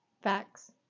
Facts